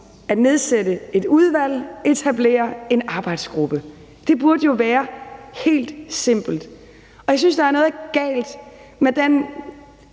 at nedsætte et udvalg, etablere en arbejdsgruppe. Det burde jo være helt simpelt, og jeg synes, der er noget galt med den